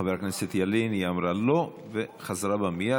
חבר הכנסת ילין, היא אמרה לא וחזרה בה מייד.